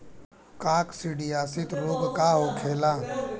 काकसिडियासित रोग का होखेला?